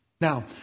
Now